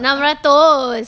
nak beratur